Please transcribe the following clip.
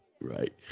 Right